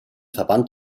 verband